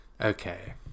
Okay